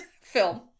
Film